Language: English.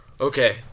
Okay